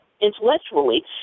intellectually